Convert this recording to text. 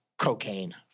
cocaine